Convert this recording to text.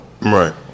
Right